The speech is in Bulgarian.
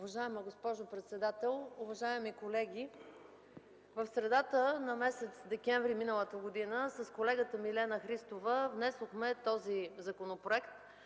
Уважаема госпожо председател, уважаеми колеги! В средата на месец декември миналата година с колегата Милена Христова внесохме този законопроект